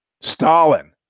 Stalin